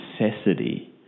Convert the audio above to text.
necessity